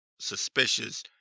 suspicious